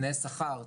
תנאי שכר,